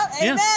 amen